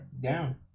down